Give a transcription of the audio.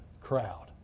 crowd